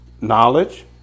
knowledge